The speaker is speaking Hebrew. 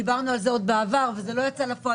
דיברנו על זה בעבר וזה לא יצא לפועל